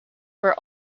were